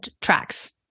tracks